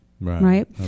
right